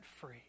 free